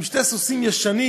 עם שני סוסים ישנים,